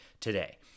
today